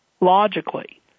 logically